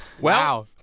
Wow